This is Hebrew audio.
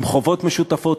עם חובות משותפות,